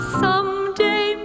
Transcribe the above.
someday